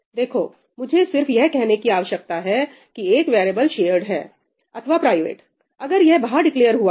देखो मुझे सिर्फ यह कहने की आवश्यकता है कि एक वेरीएबल शेयर्ड है अथवा प्राइवेटअगर यह बाहर डिक्लेअर हुआ है